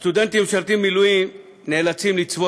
סטודנטים המשרתים במילואים נאלצים לצבור